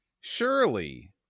surely